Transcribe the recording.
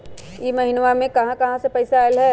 इह महिनमा मे कहा कहा से पैसा आईल ह?